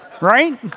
Right